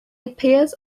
appears